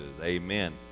Amen